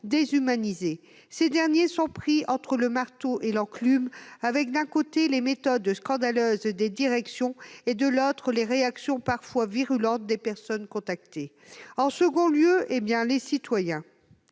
ils sont pris entre le marteau et l'enclume : d'un côté, les méthodes scandaleuses de leur direction ; de l'autre, les réactions parfois virulentes des personnes contactées. Ce sont, en second lieu, les citoyens.